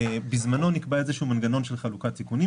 בזמנו נקבע איזשהו מנגנון של חלוקת תיקונים,